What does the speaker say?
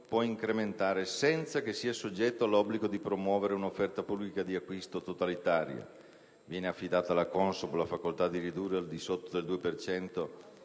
può incrementare senza che sia soggetto all'obbligo di promuovere un'offerta pubblica di acquisto totalitaria, viene affidata alla CONSOB la facoltà di ridurre al di sotto del 2